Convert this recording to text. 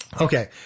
Okay